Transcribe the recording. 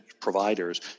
providers